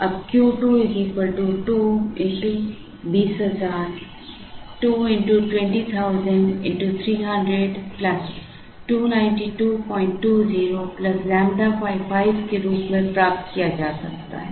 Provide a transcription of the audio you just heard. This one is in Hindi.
अब Q 2 2 x 20000 x 300 29220 ƛ 5 के रूप में प्राप्त किया जा सकता है